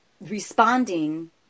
responding